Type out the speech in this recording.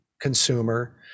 consumer